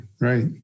right